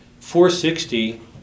460